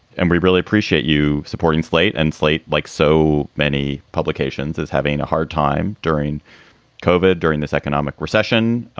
and we really appreciate you supporting slate. and slate, like so many publications, is having a hard time during kova during this economic recession.